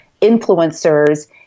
influencers